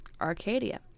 Arcadia